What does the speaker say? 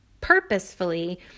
purposefully